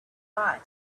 find